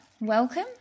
Welcome